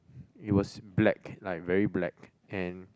it was black like very black and